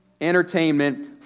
entertainment